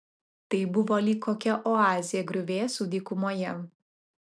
tai buvo lyg kokia oazė griuvėsių dykumoje